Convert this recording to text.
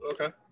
Okay